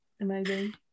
Amazing